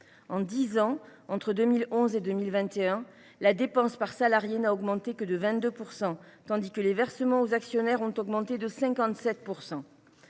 En dix ans, « entre 2011 et 2021, […] la dépense par salarié n’a augmenté que de 22 % tandis que les versements aux actionnaires ont augmenté de 57